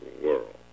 world